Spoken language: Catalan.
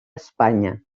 espanya